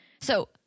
So-